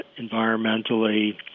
environmentally